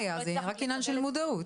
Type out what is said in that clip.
אין בעיה, זה רק עניין של מודעות.